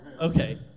Okay